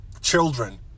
children